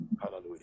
hallelujah